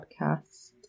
podcast